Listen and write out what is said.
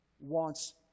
wants